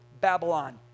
Babylon